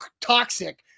toxic